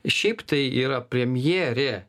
šiaip tai yra premjerė